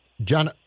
John